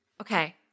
Okay